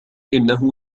إنه